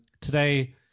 Today